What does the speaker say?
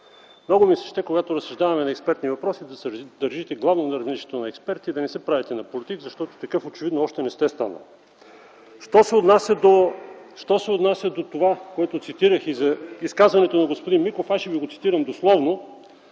Много ми се иска, когато разсъждаваме по експертни въпроси, да се държите главно на равнището на експерт и да не се правите на политик, защото такъв очевидно още не сте станали. (Шум и реплики в ГЕРБ.) Що се отнася до това, което цитирах и изказването на господин Миков, аз ще Ви го цитирам дословно,